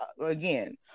Again